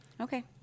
Okay